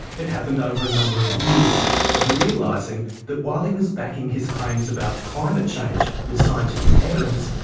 it happened over a number of years of realising that while he was backing his claims about climate change with scientific evidence,